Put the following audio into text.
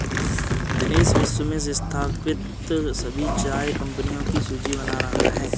दिनेश विश्व में स्थापित सभी चाय कंपनियों की सूची बना रहा है